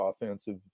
offensive